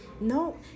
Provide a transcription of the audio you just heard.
No